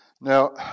Now